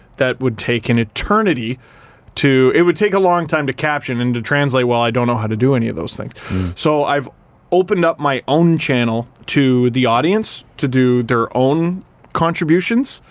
that would take an eternity to it would take a long time to caption and to translate. well, i don't know how to do any of those things so i've opened up my own channel to the audience to do their own contributions.